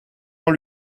dans